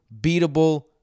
beatable